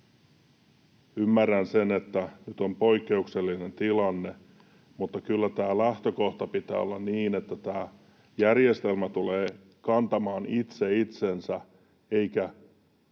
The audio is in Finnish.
Ymmärrän sen, että nyt on poikkeuksellinen tilanne, mutta kyllä tämän lähtökohdan pitää olla niin, että tämä järjestelmä tulee kantamaan itse itsensä eikä